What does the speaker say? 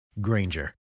Granger